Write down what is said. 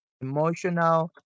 Emotional